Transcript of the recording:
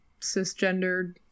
cisgendered